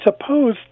suppose